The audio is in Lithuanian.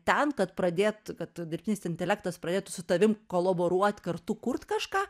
ten kad pradėt kad dirbtinis intelektas pradėtų su tavim koloboruot kartu kurt kažką